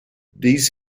these